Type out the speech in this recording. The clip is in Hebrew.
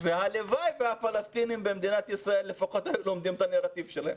הלוואי והפלסטינים במדינת ישראל לפחות היו לומדים את הנרטיב שלהם.